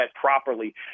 properly